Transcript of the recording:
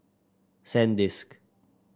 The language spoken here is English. Sandisk